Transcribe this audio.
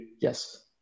Yes